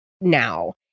now